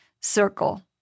circle